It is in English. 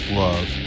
love